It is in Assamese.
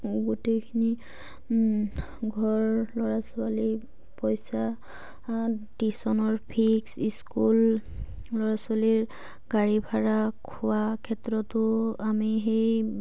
গোটেইখিনি ঘৰ ল'ৰা ছোৱালী পইচা টিউশ্যনৰ ফিজ স্কুল ল'ৰা ছোৱালীৰ গাড়ী ভাড়া খোৱা ক্ষেত্ৰতো আমি সেই